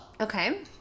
Okay